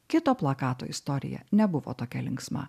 kito plakato istorija nebuvo tokia linksma